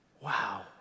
Wow